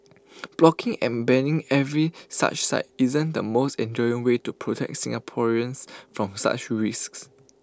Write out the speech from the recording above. blocking and banning every such site isn't the most enduring way to protect Singaporeans from such risks